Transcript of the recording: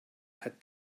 had